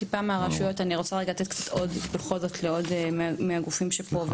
את רשות הדיבור לעוד מהגופים שפה.